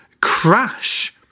crash